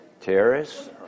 Terrorists